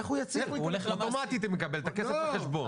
אוטומטית לחשבון.